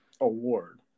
award